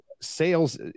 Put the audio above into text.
sales